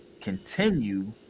continue